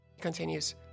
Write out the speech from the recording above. continues